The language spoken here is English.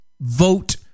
vote